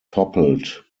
toppled